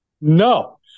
no